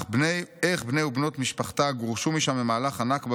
איך בני ובנות משפחתה גורשו משם במהלך הנכבה